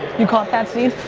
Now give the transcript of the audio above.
you caught that scene?